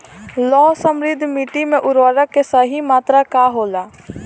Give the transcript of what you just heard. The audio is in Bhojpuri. लौह समृद्ध मिट्टी में उर्वरक के सही मात्रा का होला?